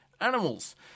animals